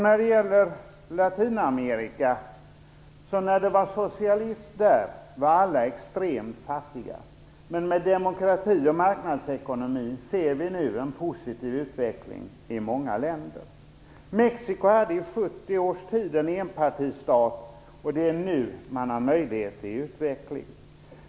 När Latinamerika var socialistiskt var alla extremt fattiga, men med demokratin och marknadsekonomin ser vi nu en positiv utveckling i många länder. Mexico var i 70 års tid en enpartistat. Det är nu man har möjlighet till utveckling.